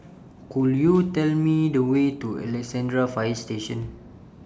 Could YOU Tell Me The Way to Alexandra Fire Station